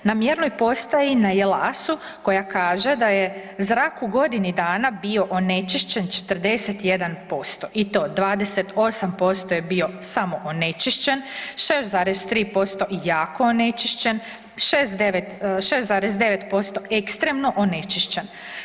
Na mjernoj postoji na Jelasu koja kaže da je zrak u godinu dana bio onečišćen 41% i to 28% je bio samo onečišćen, 6,3% jako onečišćen, 6,9% ekstremno onečišćen.